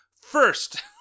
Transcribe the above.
First